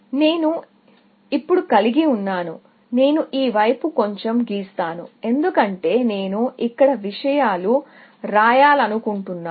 నేను ఇప్పుడు ఈ గ్రాఫ్ కలిగి ఉన్నాను నేను ఈ వైపు కొంచెం గీస్తాను ఎందుకంటే నేను ఇక్కడ ఈ విషయాలు రాయాలనుకుంటున్నాను